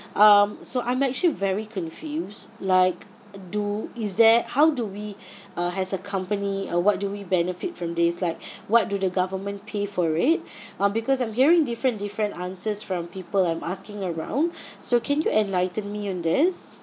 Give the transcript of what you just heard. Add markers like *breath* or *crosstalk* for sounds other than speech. um so I'm actually very confused like do is there how do we uh as a company uh what do we benefit from this like what do the government pay for it *breath* um because I'm hearing different different answers from people I'm asking around *breath* so can you enlighten me on this